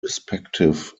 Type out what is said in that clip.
respective